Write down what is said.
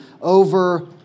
over